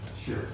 Sure